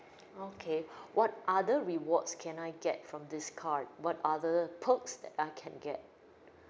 okay what other rewards can I get from this card what other perks that I can get